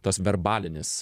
tas verbalinis